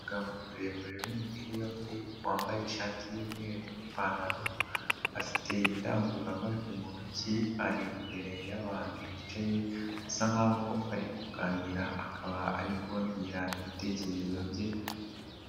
Umugabo muremure w'imibiri yombi wambaye ishati y'umweru n'ipantaro, afite indangururamajwi mu ntoki ari imbere y'abantu bicaye, basa nk'aho ari kuganira akaba ari kubabwira ibitekerezo bye.